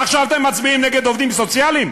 עכשיו אתם מצביעים נגד עובדים סוציאליים?